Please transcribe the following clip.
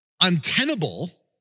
untenable